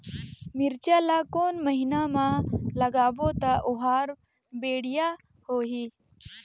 मिरचा ला कोन महीना मा लगाबो ता ओहार बेडिया होही?